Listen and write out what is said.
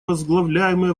возглавляемый